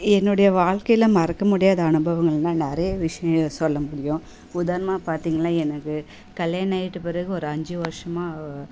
என்னுடைய வாழ்க்கையில மறக்க முடியாத அனுபவங்கள்னா நிறைய விஷயம் சொல்ல முடியும் உதாரணமாக பார்த்தீங்கன்னா எனக்கு கல்யாணம் ஆகிட்ட பிறகு ஒரு அஞ்சு வருசமா